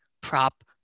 prop